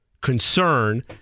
concern